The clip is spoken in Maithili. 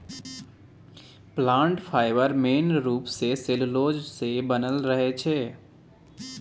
प्लांट फाइबर मेन रुप सँ सेल्युलोज सँ बनल रहै छै